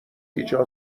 ایجاد